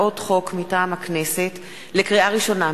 לקריאה ראשונה,